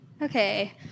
Okay